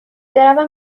بروم